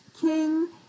King